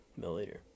milliliter